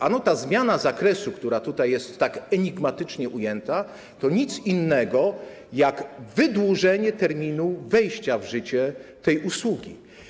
Ano ta zmiana zakresu, która tutaj jest tak enigmatycznie ujęta, to nic innego jak wydłużenie terminu wejścia w życie tej usługi.